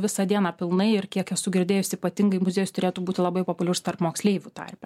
visą dieną pilnai ir kiek esu girdėjus ypatingai muziejus turėtų būti labai populiarus tarp moksleivių tarpe